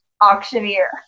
auctioneer